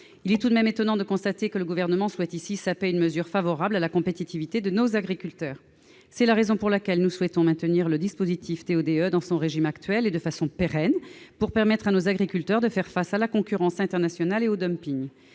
Il est tout de même étonnant de constater que le Gouvernement souhaite ici saper une mesure favorable à la compétitivité de nos agriculteurs. Nous souhaitons donc maintenir le dispositif TO-DE dans son régime actuel et de façon pérenne, pour permettre à nos agriculteurs de faire face à la concurrence internationale et au.